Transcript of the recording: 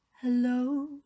hello